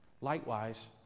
Likewise